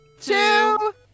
two